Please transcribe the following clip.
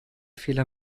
fehler